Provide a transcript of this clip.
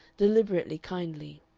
deliberately kindly.